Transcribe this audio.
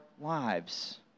lives